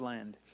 Land